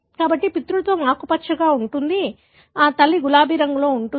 కాబట్టి పితృత్వం ఆకుపచ్చగా ఉంటుంది తల్లి గులాబీ రంగులో ఉంటుంది